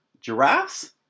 giraffes